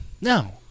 No